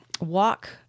walk